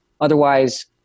otherwise